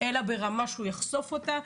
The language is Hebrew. אלא ברמה שהוא יחשוף אותה.